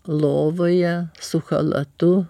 lovoje su chalatu